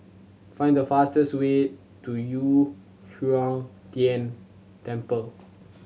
find the fastest way to Yu Huang Tian Temple